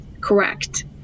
Correct